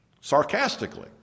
sarcastically